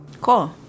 Cool